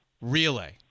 relay